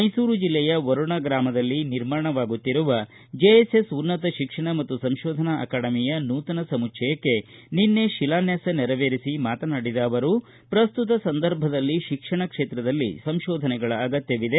ಮೈಸೂರು ಜಿಲ್ಲೆಯ ವರುಣ ಗ್ರಾಮದಲ್ಲಿ ನಿರ್ಮಾಣವಾಗುತ್ತಿರುವ ಜೆಎಸ್ಎಸ್ ಉನ್ನತ ಶಿಕ್ಷಣ ಮತ್ತು ಸಂಶೋಧನಾ ಅಕಾಡೆಮಿಯ ನೂತನ ಸಮುಚ್ಚಯಕ್ಕೆ ಶಿಲಾನ್ಯಾಸ ನೆರವೇರಿಸಿ ಮಾತನಾಡಿದ ಅವರು ಪ್ರಸ್ತುತ ಸಂದರ್ಭದಲ್ಲಿ ಶಿಕ್ಷಣ ಕ್ಷೇತ್ರದಲ್ಲಿ ಸಂಶೋಧನೆಗಳ ಅಗತ್ತವಿದೆ